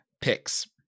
picks